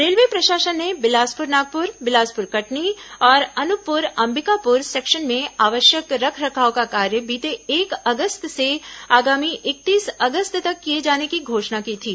railway प्रशासन ने बिलासपुर नागपुर बिलासपुर कटनी और अनुपपुर अंबिकापुर सेक्शन में आवश्यक रखरखाव का कार्य बीते एक अगस्त से आगामी इकतीस अगस्त तक किए जाने की घोषणा की थी